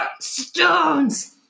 stones